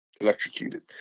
electrocuted